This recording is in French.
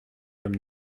comme